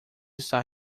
está